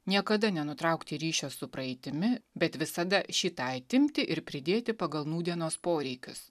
niekada nenutraukti ryšio su praeitimi bet visada šį tą atimti ir pridėti pagal nūdienos poreikius